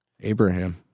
Abraham